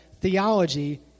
theology